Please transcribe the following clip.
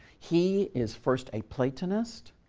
he is first a platonist,